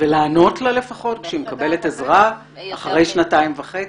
ולענות לה לפחות כך שהיא מקבלת עזרה אחרי שנתיים וחצי?